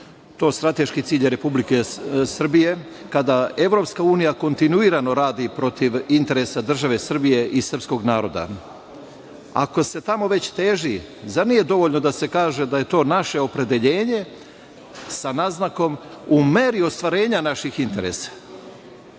to strateški cilj Republike Srbije, kada EU kontinuirano radi protiv interesa države Srbije i srpskog naroda? Ako se tamo već teži da nije dovoljno da se kaže da je to naše opredeljenje sa naznakom u meri ostvarenja naših interesa,